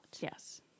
Yes